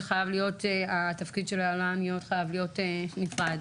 שהתפקיד של היוהל"ניות חייב להיות נפרד.